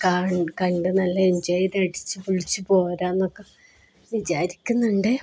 കണ്ട് നല്ല എൻജോയ് ചെയ്ത് അടിച്ചുപൊളിച്ച് പോരാമെന്നൊക്കെ വിചാരിക്കുന്നുണ്ട്